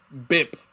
Bip